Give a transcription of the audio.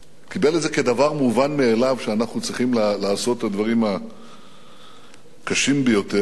קיבל את זה כדבר מובן מאליו שאנחנו צריכים לעשות את הדברים הקשים ביותר.